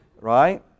Right